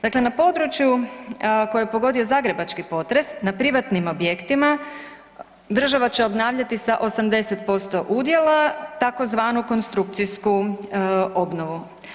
Dakle, na području koje je pogodio zagrebački potres na privatnim objektima država će obnavljati sa 80% udjela tzv. konstrukcijsku obnovu.